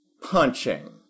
Punching